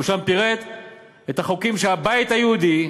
הוא פירט שם את החוקים שהבית היהודי,